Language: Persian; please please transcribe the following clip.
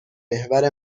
محور